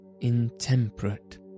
intemperate